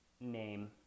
name